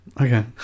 Okay